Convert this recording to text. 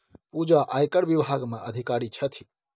पूजा आयकर विभाग मे अधिकारी छथि